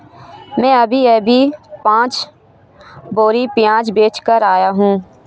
मैं अभी अभी पांच बोरी प्याज बेच कर आया हूं